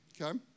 Okay